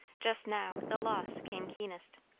just now the loss came keenest.